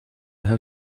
how